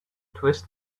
twist